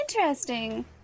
Interesting